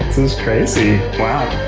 this is crazy. wow,